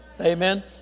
Amen